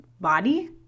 body